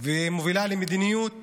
ומובילה למדיניות